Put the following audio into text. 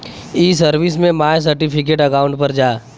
ई सर्विस में my certificate account पर जा